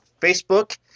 Facebook